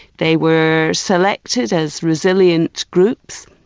they were selected as resilient groups,